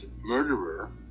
murderer